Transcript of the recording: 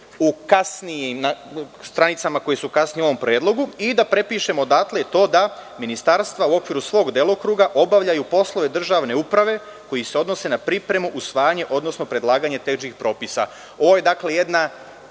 u kasnijim stranicama koje su u ovom predlogu i da prepišemo odatle to da ministarstva u okviru svog delokruga obavljaju poslove državne uprave koji se odnose na pripremu, usvajanje odnosno predlaganje tehničkih propisa. Ovo je jedna